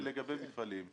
לגבי מפעלים.